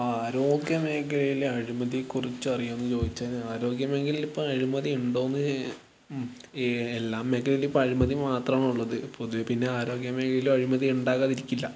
ആരോഗ്യമേഖലയിലെ അഴിമതിയെക്കുറിച്ച് അറിയുമോയെന്ന് ചോദിച്ചാൽ ആരോഗ്യമേഖലയിൽ ഇപ്പോൾ അഴിമതി ഉണ്ടോയെന്ന് എല്ലാ മേഖലയിലും ഇപ്പോൾ അഴിമതി മാത്രമാണ് ഉള്ളത് പൊതുവെ പിന്നെ ആരോഗ്യമേഖലയിലും അഴിമതി ഉണ്ടാകാതിരിക്കില്ല